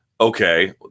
Okay